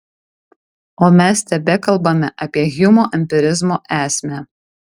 o mes tebekalbame apie hjumo empirizmo esmę